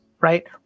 right